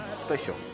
special